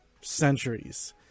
centuries